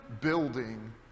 building